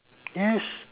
yes